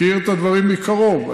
מכיר את הדברים מקרוב.